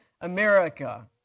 America